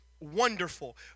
Wonderful